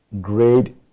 grade